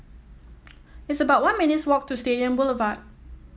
it's about one minutes' walk to Stadium Boulevard